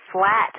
flat